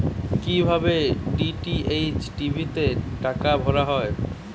কি ভাবে DTH TV তে টাকা ভরা হয়?